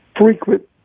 frequent